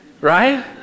right